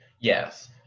Yes